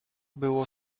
było